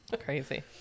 Crazy